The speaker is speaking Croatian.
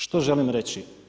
Što želim reći?